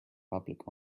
public